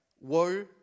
Woe